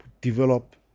develop